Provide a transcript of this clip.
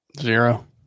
Zero